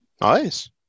Nice